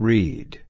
Read